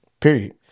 Period